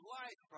life